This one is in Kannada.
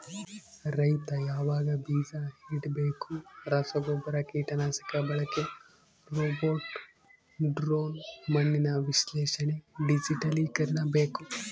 ರೈತ ಯಾವಾಗ ಬೀಜ ಇಡಬೇಕು ರಸಗುಬ್ಬರ ಕೀಟನಾಶಕ ಬಳಕೆ ರೋಬೋಟ್ ಡ್ರೋನ್ ಮಣ್ಣಿನ ವಿಶ್ಲೇಷಣೆ ಡಿಜಿಟಲೀಕರಣ ಬೇಕು